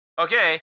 okay